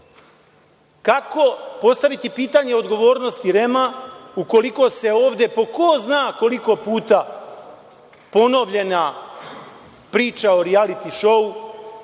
Kako postaviti pitanje odgovornosti REM-a ukoliko se ovde po zna koliko puta ponovljena priča o rijaliti šou,